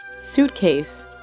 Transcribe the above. Suitcase